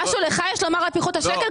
משהו לך יש לומר על פיחות השקל,